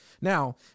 Now